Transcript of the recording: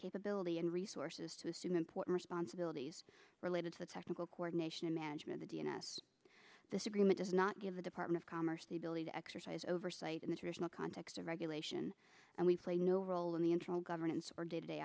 capability and resources to assume important responsibilities related to technical coordination and management the d n a s this agreement does not give the department of commerce the ability to exercise oversight in the traditional context of regulation and we play no role in the internal governance or day to day